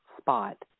spot